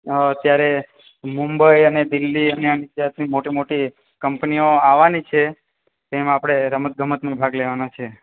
તો અત્યારે મુંબઈ અને દિલ્હી અને અમુક જાતની મોટી મોટી કંપનીઓ આવવાની છે તેમાં આપણે રમત ગમતમાં ભાગ લેવાના છે